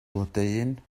blodeuyn